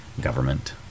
government